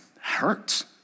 hurts